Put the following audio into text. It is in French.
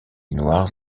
noirs